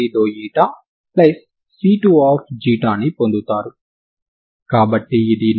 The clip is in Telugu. ఈ పొటెన్షియల్ ఎనర్జీ ని ఎలా కనుగొనాలో నాకు తెలియదు